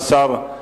השר,